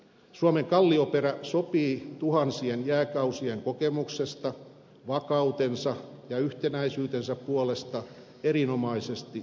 suomen kallioperä sopii tuhansien jääkausien kokemuksesta vakautensa ja yhtenäisyytensä puolesta erinomaisesti loppusijoittamiseen